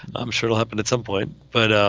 i'm sure it'll happen at some point, but